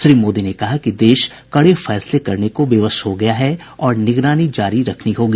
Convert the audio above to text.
श्री मोदी ने कहा कि देश कड़े फैसले करने को विवश हो गया है और निगरानी जारी रखनी होगी